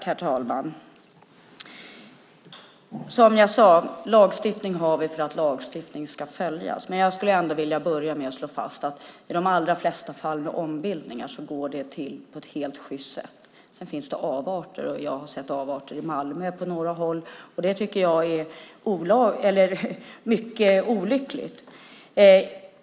Herr talman! Som jag sade har vi lagstiftning för att lagstiftning ska följas. Jag skulle ändå vilja börja med att slå fast att i de allra flesta fall med ombildningar går det till på ett helt sjyst sätt. Det finns avarter. Jag har sett avarter i Malmö på några håll. Det tycker jag är mycket olyckligt.